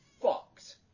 fucked